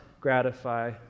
gratify